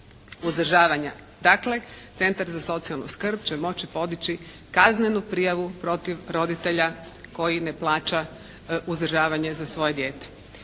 Dakle Centar za socijalnu skrb će moći podići kaznenu prijavu protiv roditelja koji ne plaća uzdržavanje za svoje dijete.